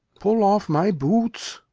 pull off my boots.